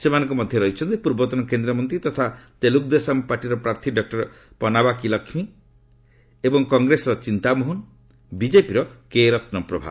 ସେମାନଙ୍କ ମଧ୍ୟରେ ରହିଛନ୍ତି ପୂର୍ବତନ କେନ୍ଦ୍ରମନ୍ତ୍ରୀ ତଥା ତେଲୁଗୁଦେଶମ ପାର୍ଟିର ପ୍ରାର୍ଥୀ ଡକୁର ପନାବାକା ଲକ୍ଷ୍ମୀ ଏବଂ କଂଗ୍ରେସର ଚିନ୍ତାମୋହନ ବିଜେପିର କେ ରତ୍ନପ୍ରଭା